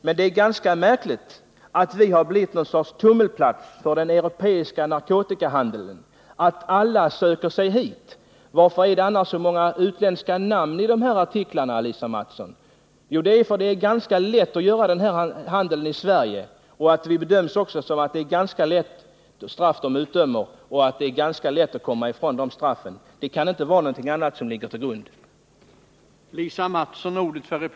Men det är ganska märkligt att Sverige har blivit någon sorts tummelplats för den europeiska narkotikahandeln, att alla som sysslar med sådan handel söker sig hit. Varför ser man så många utländska namn i de här artiklarna, Lisa Mattson? Jo, det är för att det är ganska lätt att bedriva den här handeln i Sverige. Vidare bedöms de straff som vi här utdömer som ganska lindriga. Det är också ganska lätt att undgå straffen. Det kan inte vara någonting annat som är orsaken.